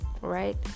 right